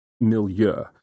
milieu